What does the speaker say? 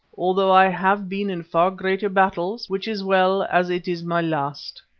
although i have been in far greater battles, which is well as it is my last.